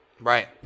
Right